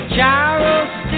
Charles